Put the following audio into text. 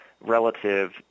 relative